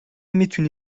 میتونی